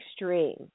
extreme